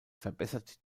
verbessert